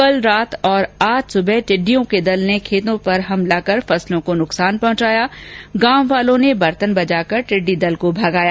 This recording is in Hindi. कल रात और आज सुबह टिडिडयों के दल ने खेतों पर हमला कर फसलों को नुकसान पहचाया और गांव वालों ने बरतन बजाकर टिड्डी दल को भगाया